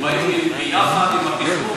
לא יותר.